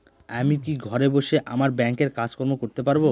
আমি কি ঘরে বসে আমার ব্যাংকের কাজকর্ম করতে পারব?